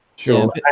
Sure